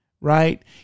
right